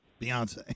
Beyonce